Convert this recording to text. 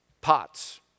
pots